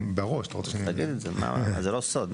זה לא סוד.